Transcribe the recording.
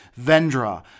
vendra